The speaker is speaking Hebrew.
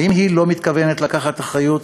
האם היא לא מתכוונת לקחת אחריות?